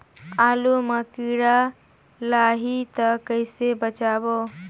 आलू मां कीड़ा लाही ता कइसे बचाबो?